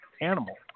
animal